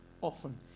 often